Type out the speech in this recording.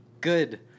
good